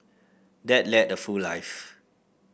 dad led a full life